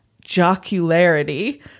jocularity